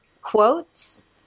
quotes